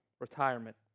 retirement